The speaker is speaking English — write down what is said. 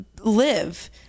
live